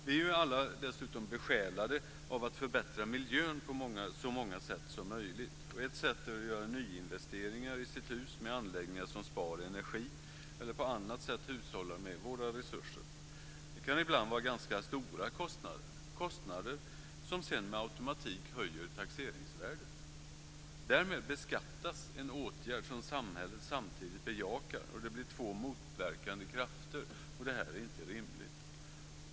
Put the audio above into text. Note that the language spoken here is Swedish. Vi är alla dessutom besjälade av att förbättra miljön på så många sätt som möjligt. Ett sätt är att göra nyinvesteringar i sitt hus med anläggningar som sparar energi eller på annat sätt hushållar med våra resurser. Det kan ibland vara ganska stora kostnader, kostnader som sedan med automatik höjer taxeringsvärdet. Därmed beskattas en åtgärd som samhället samtidigt bejakar. Det blir två motverkande krafter. Det här är inte rimligt.